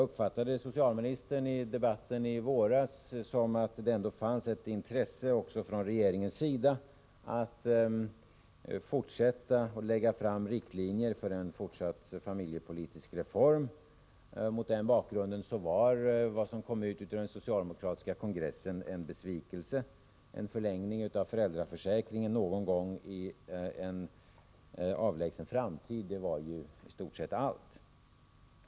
Vid debatten i våras uppfattade jag socialministern som att det även från regeringens sida fanns ett intresse av att lägga fram riktlinjer för en fortsatt familjepolitisk reformverksamhet. Mot denna bakgrund var det som kom ut av den socialdemokratiska kongressen en besvikelse. En förlängning av föräldraförsäkringen någon gång i en avlägsen framtid var i stort sett allt.